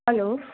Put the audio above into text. hello